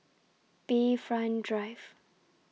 Bayfront Drive